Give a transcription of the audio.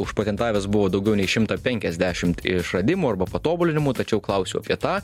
užpatentavęs buvo daugiau nei šimtą penkiasdešimt išradimų arba patobulinimų tačiau klausiu apie tą